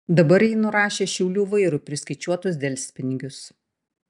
dabar ji nurašė šiaulių vairui priskaičiuotus delspinigius